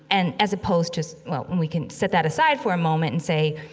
and as opposed to, so well, and we can set that aside for a moment and say,